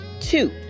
two